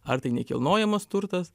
ar tai nekilnojamas turtas